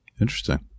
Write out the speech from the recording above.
Interesting